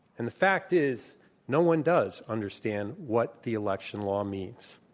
and the fact is no one does understand what the election law means.